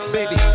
Baby